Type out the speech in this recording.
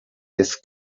this